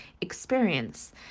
experience